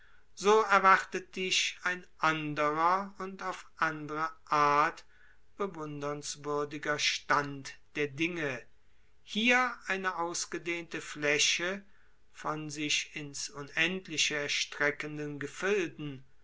so erwartet dich ein anderer und auf andere art bewundernswürdiger stand der dinge hier eine ausgedehnte fläche von sich in's unendliche erstreckenden gefilden